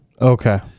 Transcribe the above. Okay